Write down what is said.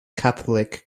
catholic